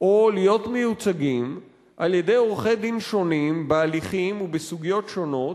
או להיות מיוצגים על-ידי עורכי-דין שונים בהליכים ובסוגיות שונות,